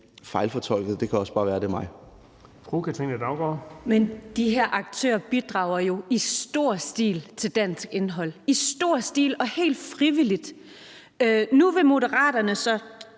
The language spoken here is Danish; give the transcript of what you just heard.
Kl. 10:35 Katrine Daugaard (LA): Men de her aktører bidrager jo i stor stil til dansk indhold – i stor stil og helt frivilligt. Nu vil Moderaterne så